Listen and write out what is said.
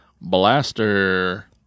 Blaster